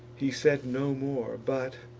he said no more, but,